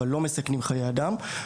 אבל לא מסכנים חיי אדם.